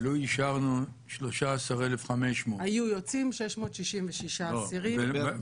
לו אישרנו 13,500 --- היו יוצאים 666 אסירים.